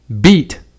beat